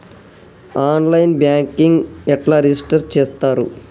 On line banking ఎట్లా register చేత్తరు?